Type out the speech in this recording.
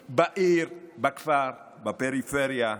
בעיר, בכפר, בפריפריה,